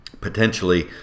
potentially